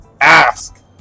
ask